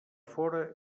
fora